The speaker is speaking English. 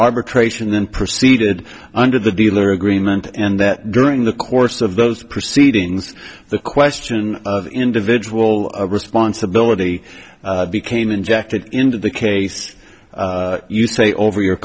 arbitration then proceeded under the deal or agreement and that during the course of those proceedings the question of individual responsibility became injected into the case you say over your